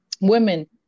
women